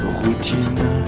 routine